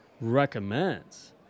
recommends